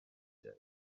déag